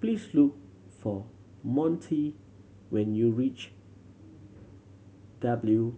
please look for Montie when you reach W